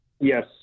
Yes